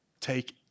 take